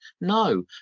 No